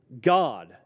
God